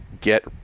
get